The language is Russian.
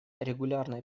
регулярной